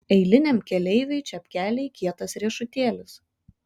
eiliniam keleiviui čepkeliai kietas riešutėlis